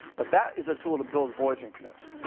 but that is a tool to build voyaging canoes.